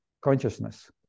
consciousness